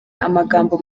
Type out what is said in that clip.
amagambo